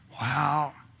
wow